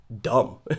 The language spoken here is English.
dumb